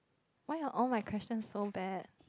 why are all my questions so bad